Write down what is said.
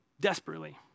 desperately